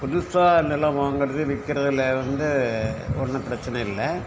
புதுசாக நிலம் வாங்குறது விற்கிறதுல வந்து ஒன்னும் பிரச்சினை இல்லை